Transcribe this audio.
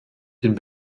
den